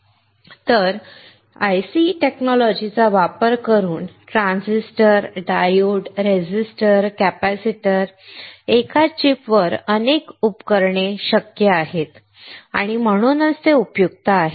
IC तंत्रज्ञानाचा वापर करून ट्रान्झिस्टर डायोड रेझिस्टर कॅपेसिटर एकाच चिपवर अनेक उपकरणे शक्य आहेत आणि म्हणूनच ते अत्यंत उपयुक्त आहे